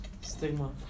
Stigma